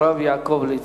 הרב יעקב ליצמן.